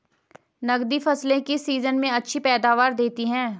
नकदी फसलें किस सीजन में अच्छी पैदावार देतीं हैं?